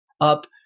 up